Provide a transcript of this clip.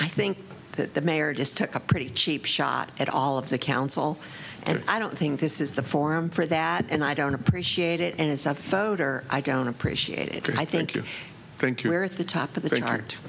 i think that the mayor just took a pretty cheap shot at all of the council and i don't think this is the forum for that and i don't appreciate it and it's a fodor i don't appreciate it but i think you think you're at the top of the thing aren't